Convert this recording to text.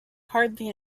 hardly